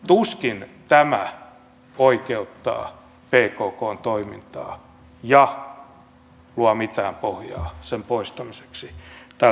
tuskin tämä oikeuttaa pkkn toimintaa ja luo mitään pohjaa sen poistamiseksi tältä listalta